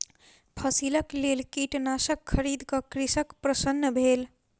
फसिलक लेल कीटनाशक खरीद क कृषक प्रसन्न भेल